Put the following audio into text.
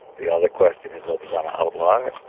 the other question is whether you want to outlaw it,